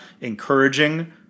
encouraging